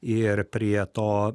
ir prie to